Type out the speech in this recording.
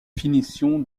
finition